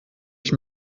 ich